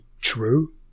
true